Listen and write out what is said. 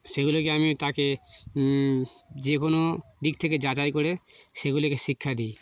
সেগুলোকে আমি তাকে যে কোনো দিক থেকে যাচাই করে সেগুলোকে শিক্ষা দিই